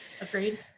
Agreed